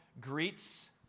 greets